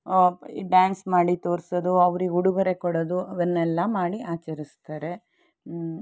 dance ಮಾಡಿ ತೋರಿಸೋದು ಅವರಿಗೆ ಉಡುಗೊರೆ ಕೊಡೋದು ಅವನ್ನೆಲ್ಲ ಮಾಡಿ ಆಚರಿಸ್ತಾರೆ